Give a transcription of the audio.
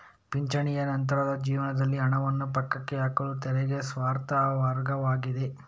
ಪಿಂಚಣಿಯು ನಂತರದ ಜೀವನದಲ್ಲಿ ಹಣವನ್ನು ಪಕ್ಕಕ್ಕೆ ಹಾಕಲು ತೆರಿಗೆ ಸಮರ್ಥ ಮಾರ್ಗವಾಗಿದೆ